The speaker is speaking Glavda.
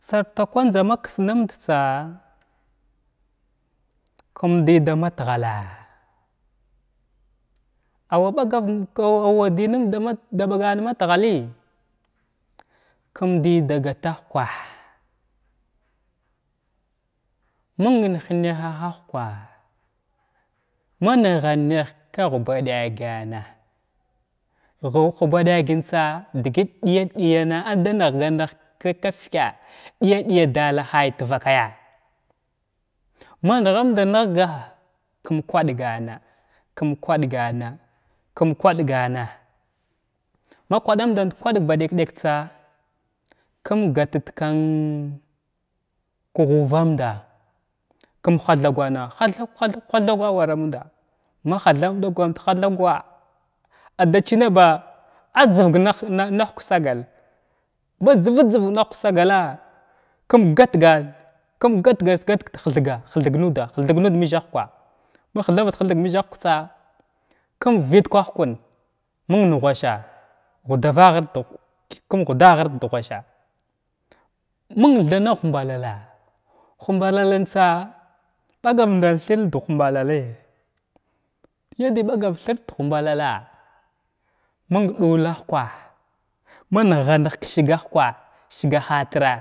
Sarta kwan njza maks numda tsa’a kum di dama tghalla aw waɓagavən aw wa dinən dbagan ma tghalləy kum dəy da datah kwa ah məng hənahah lukwa’a ma nəhga nəh ka uhbaɗaganna hu hubadagən tsa dəgət ɗəyaɗəyana agha da nəgha nəg ka tafka ɗəya ɗəyan dala hay ta vakaya ma nəhamda nəhga kum kwaɗgana kum kwaɗghana kum kwaɗ gana ma kwaɗan dant kwad ba ɗak-ɗaka kum gətət kan ka huvanda kum hathagwana hathag hathag hathagwa awara muda ma hathamda kwan hathagwa ada chinnaba ajzəog na hukwa sagal ba jzvəd jzvəg na huk sagala kum gat gan kum gatgar gatgh da həthga həthg nd thəthg nuda məza hukwa ma thətha vət həthg nuda məza hukwa tsa kum vəyət ka hukun məng ghwasa hudavavət kum hudavavət da ghwasa məngth na humbalala humɓallalən tsa bagar ndar thir da humbalah məng ɗula hukwa ma nəhga nəhg kashiga huka shiga latirra.